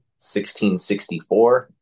1664